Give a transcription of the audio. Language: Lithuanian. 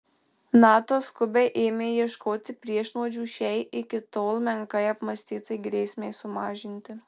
nato skubiai ėmė ieškoti priešnuodžių šiai iki tol menkai apmąstytai grėsmei sumažinti